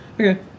Okay